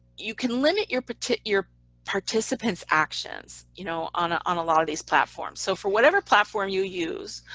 you can limit your but your participant's actions you know on ah on a lot of these platforms. so for whatever platform you use,